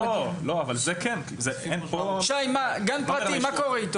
מה קורה עם גן פרטי?